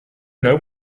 know